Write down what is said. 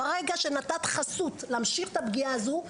ברגע שנתת חסות להמשיך את הפגיעה הזו,